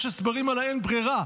יש הסברים על ה'אין ברירה',